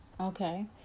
Okay